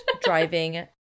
driving